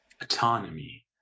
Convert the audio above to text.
autonomy